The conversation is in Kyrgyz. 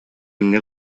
эмне